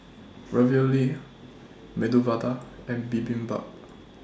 Ravioli Medu Vada and Bibimbap